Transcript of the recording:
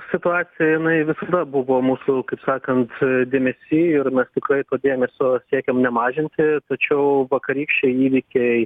situacija jinai visada buvo mūsų kaip sakant dėmesy ir mes tikrai to dėmesio siekiam nemažinti tačiau vakarykščiai įvykiai